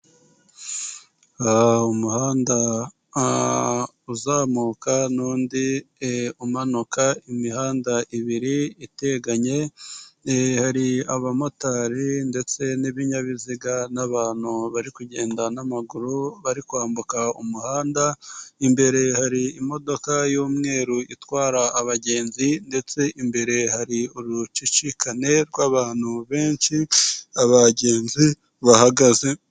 Umuhanda uzamuka n'undi umanuka, imihanda ibiri iteganye hari abamotari ndetse n'ibinyabiziga n'abantu bari kugenda n'amaguru bari kwambuka umuhanda, imbere hari imodoka y'umweru itwara abagenzi ndetse imbere hari urucicikane rw'abantu benshi abagenzi bahagaze.